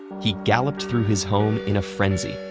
he galloped through his home in a frenzy,